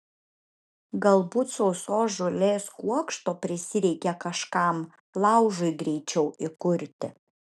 galbūt sausos žolės kuokšto prisireikė kažkam laužui greičiau įkurti